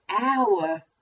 hour